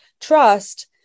trust